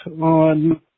on